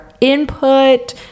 input